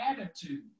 attitude